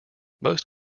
most